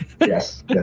Yes